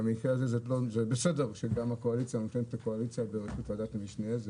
זה בסדר שבמקרה הזה הקואליציה נותנת לקואליציה להיות בראשות ועדת המשנה,